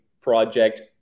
project